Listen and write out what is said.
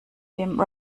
dem